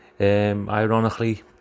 Ironically